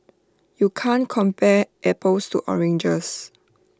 you can't compare apples to oranges